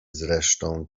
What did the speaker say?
zresztą